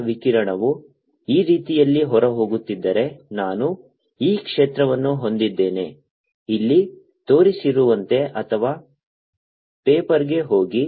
ವಿಕಿರಣವು ಈ ರೀತಿಯಲ್ಲಿ ಹೊರಹೋಗುತ್ತಿದ್ದರೆ ನಾನು E ಕ್ಷೇತ್ರವನ್ನು ಹೊಂದಿದ್ದೇನೆ ಇಲ್ಲಿ ತೋರಿಸಿರುವಂತೆ ಅಥವಾ ಪೇಪರ್ಗೆ ಹೋಗಿ